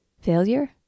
Failure